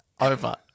over